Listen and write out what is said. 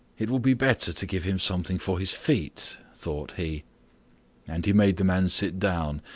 it will be better to give him something for his feet, thought he and he made the man sit down,